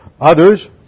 Others